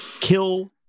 Kill